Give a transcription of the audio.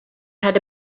had